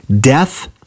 death